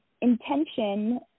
intention